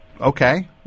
Okay